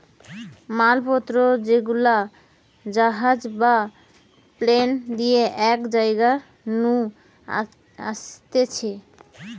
মাল পত্র যেগুলা জাহাজ বা প্লেন দিয়ে এক জায়গা নু আসতিছে